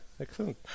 Excellent